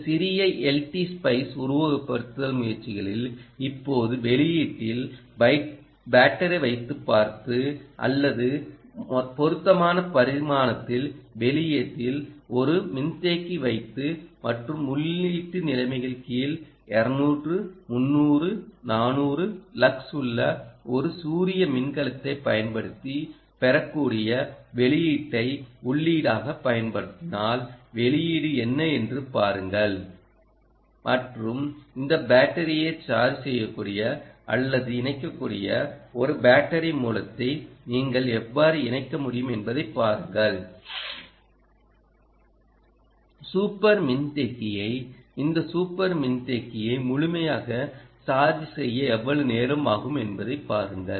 இந்த சிறிய LT spice உருவகப்படுத்துதல் முயற்சிகளில் இப்போது வெளியீட்டில் பேட்டரி வைத்து பார்த்து அல்லது பொருத்தமான பரிமாணத்தில் வெளியீட்டில் ஒரு மின்தேக்கி வைத்து மற்றும் உள்ளீட்டு நிலைமைகள் கீழ் 200 300 400 லக்ஸ் உள்ள ஒரு சூரிய மின்கலத்தை பயன்படுத்தி பெறக்கூடிய வெளியீட்டை உள்ளீடாகப் பயன்படுத்தினால் வெளியீடு என்ன என்று பாருங்கள் மற்றும் இந்த பேட்டரியை சார்ஜ் செய்யக்கூடிய அல்லது இணைக்கக்கூடிய ஒரு பேட்டரி மூலத்தை நீங்கள் எவ்வாறு இணைக்க முடியும் என்பதைப் பாருங்கள் சூப்பர் மின்தேக்கியை இந்த சூப்பர் மின்தேக்கியை முழுமையாக சார்ஜ் செய்ய எவ்வளவு நேரம் ஆகும் என்பதைப் பாருங்கள்